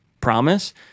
promise